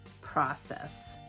process